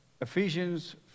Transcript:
Ephesians